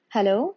Hello